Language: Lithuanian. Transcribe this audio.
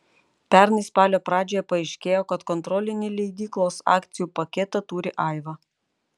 pernai spalio pradžioje paaiškėjo kad kontrolinį leidyklos akcijų paketą turi aiva